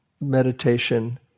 meditation